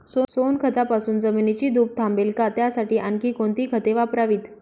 सोनखतापासून जमिनीची धूप थांबेल का? त्यासाठी आणखी कोणती खते वापरावीत?